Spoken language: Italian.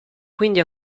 quindi